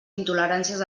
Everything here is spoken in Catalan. intoleràncies